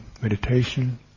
meditation